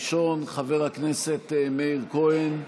ראשון, חבר הכנסת מאיר כהן,